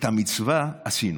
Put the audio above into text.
נכנסתי.